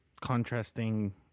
contrasting